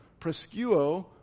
prescuo